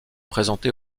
présenté